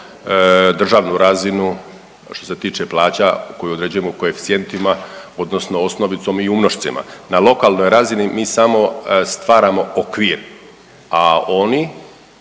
državnu razinu što se tiče plaća koju određujemo koeficijentima odnosno osnovicom i umnošcima. Na lokalnoj razini mi samo stvaramo okvir, a oni